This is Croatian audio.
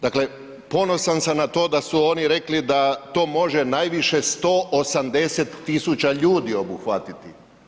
Dakle, ponosan sam na to da su oni rekli da to može najviše 180 000 ljudi obuhvatiti.